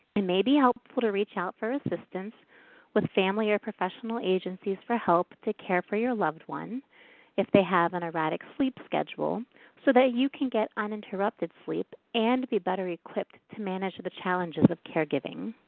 it may be helpful to reach out for assistance with family or professional agencies for help to care for your loved one if they have an erratic sleep schedule so that you can get uninterrupted sleep and be better equipped to manage the challenges of caregiving.